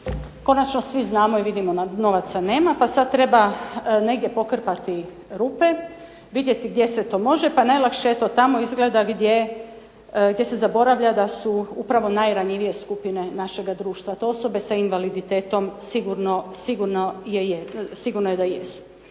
Konačno svi znamo i vidimo da novaca nema, pa sad treba negdje pokrpati rupe, vidjeti gdje se to može, pa najlakše eto tamo izgleda gdje se zaboravlja da su upravo najranjivije skupine našega društva, to osobe sa invaliditetom sigurno je da jesu.